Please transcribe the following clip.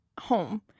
home